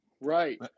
Right